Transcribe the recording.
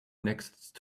next